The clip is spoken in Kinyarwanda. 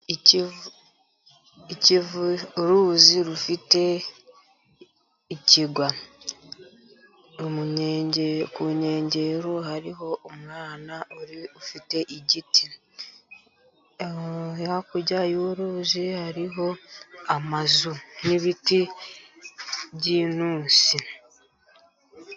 Ikivu, ikivu, uruzi rufite ikirwa mu nkengero ,ku nkengero hariho umwana ufite igiti, hakurya y'uruzi hariho amazu n'ibiti by'intusi.